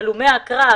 אם אלך לאופוזיציה,